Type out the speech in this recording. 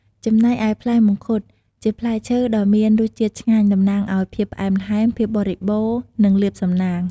ចំណែកឯផ្លែមង្ឃុត ជាផ្លែឈើដ៏មានរសជាតិឆ្ងាញ់ តំណាងឲ្យ ភាពផ្អែមល្ហែម ភាពបរិបូណ៌ និងលាភសំណាង។